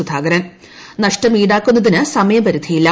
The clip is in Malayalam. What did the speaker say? സുധാകരൻ നഷ്ടം ഇൌടാക്കുന്നതിന് സമയപരിധി ഇല്ല